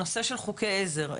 נושא של חוקי עזר.